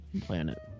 planet